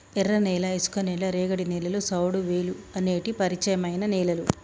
ఎర్రనేల, ఇసుక నేల, రేగడి నేలలు, సౌడువేలుఅనేటి పరిచయమైన నేలలు